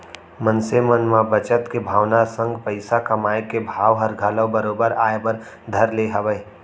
मनसे मन म बचत के भावना संग पइसा कमाए के भाव हर घलौ बरोबर आय बर धर ले हवय